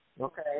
okay